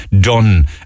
done